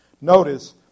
notice